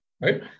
right